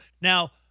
Now